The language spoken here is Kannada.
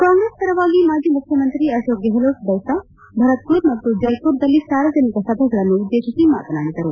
ಕಾಂಗ್ರೆಸ್ ಪರವಾಗಿ ಮಾಜಿ ಮುಖ್ಯಮಂತ್ರಿ ಅಕೋಕ್ ಗೆಹ್ಲೋಟ್ ದೌಸಾ ಭರತ್ಪುರ್ ಮತ್ತು ಜಲ್ಮರದಲ್ಲಿ ಸಾರ್ವಜನಿಕ ಸಭೆಗಳನ್ನು ಉದ್ದೇಶಿಸಿ ಮಾತನಾಡಿದರು